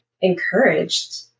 encouraged